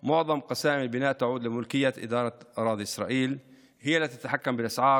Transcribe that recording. להלן תרגומם: הכפרים הערביים והערים הערביות הם בתחתית הסולם